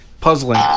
puzzling